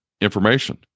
information